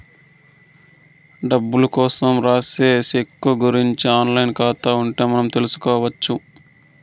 డబ్బులు కోసం రాసే సెక్కు గురుంచి ఆన్ లైన్ ఖాతా ఉంటే మనం తెల్సుకొచ్చు